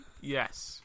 Yes